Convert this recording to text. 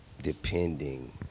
depending